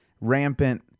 rampant